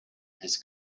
his